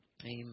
Amen